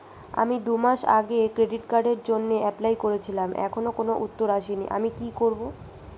আমি দুমাস আগে ক্রেডিট কার্ডের জন্যে এপ্লাই করেছিলাম এখনো কোনো উত্তর আসেনি আমি কি করব?